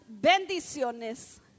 bendiciones